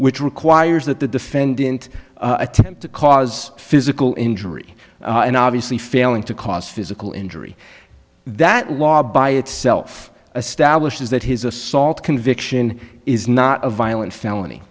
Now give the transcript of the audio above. which requires that the defendant attempt to cause physical injury and obviously failing to cause physical injury that law by itself stablished is that his assault conviction is not a violent felony